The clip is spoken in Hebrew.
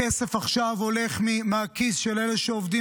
הכסף הולך עכשיו מהכיס של אלה שעובדים